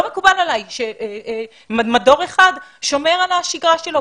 לא מקובל עלי שמדור אחד שומר על השגרה שלו,